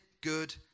good